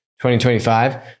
2025